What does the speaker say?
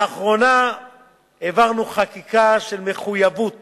לאחרונה העברנו חקיקה של מחויבות